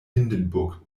hindenburg